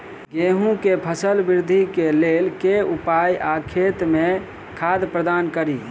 गेंहूँ केँ फसल वृद्धि केँ लेल केँ उपाय आ खेत मे खाद प्रदान कड़ी?